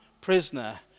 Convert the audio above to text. prisoner